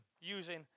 using